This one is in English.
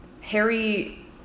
Harry